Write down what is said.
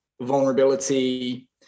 vulnerability